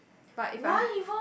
but if I